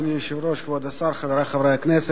אדוני היושב-ראש, כבוד השר, חברי חברי הכנסת,